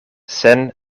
sen